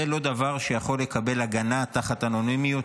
זה לא דבר שיכול לקבל הגנה תחת אנונימיות,